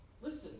Listen